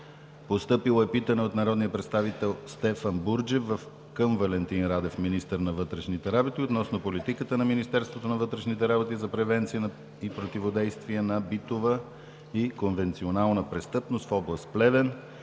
юни 2017 г. от: - народния представител Стефан Бурджев към Валентин Радев – министър на вътрешните работи, относно политиката на Министерството на вътрешните работи за превенция и противодействие на битова и конвенционална престъпност в област Плевен.